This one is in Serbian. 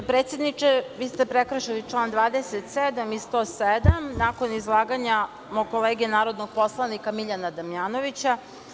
Gospođo predsedniče, vi ste prekršili član 27. i 107. nakon izlaganja mog kolege narodnog poslanika Miljana Damjanovića.